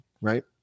right